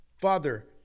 Father